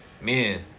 man